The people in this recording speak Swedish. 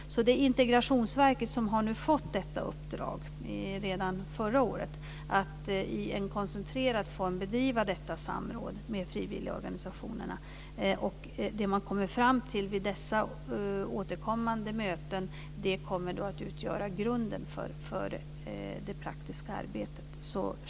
Integrationsverket fick redan förra året detta uppdrag att i koncentrerad form bedriva detta samråd med frivilligorganisationerna. Det man kommer fram till vid dessa återkommande möten kommer att utgöra grunden för det praktiska arbetet.